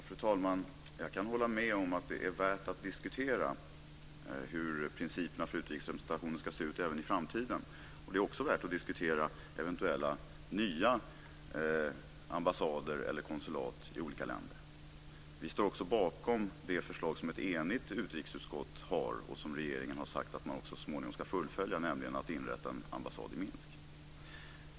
Fru talman! Jag kan hålla med om att det är värt att diskutera hur principerna för utrikesrepresentationen ska se ut även i framtiden. Det är också värt att diskutera eventuella nya ambassader eller konsulat i olika länder. Vi står också bakom det förslag som ett enigt utrikesutskott har lagt fram och som regeringen har sagt att man så småningom ska fullfölja, nämligen att inrätta en ambassad i Minsk.